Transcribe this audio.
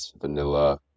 vanilla